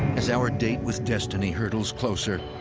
as our date with destiny hurtles closer,